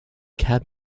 cabinet